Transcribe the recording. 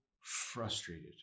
frustrated